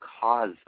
cause